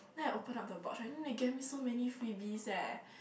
then I open up the box right then they gave me so many freebies eh